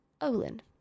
Olin